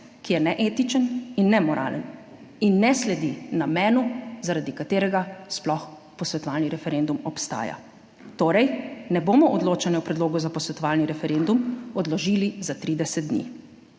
ki je neetičen in nemoralen in ne sledi namenu, zaradi katerega sploh posvetovalni referendum obstaja. Torej, ne bomo odločanja o predlogu za posvetovalni referendum odložili za 30 dni.